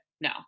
No